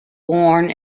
born